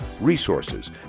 resources